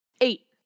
Eight